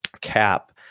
cap